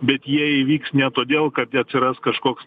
bet jie įvyks ne todėl kad atsiras kažkoks